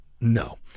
No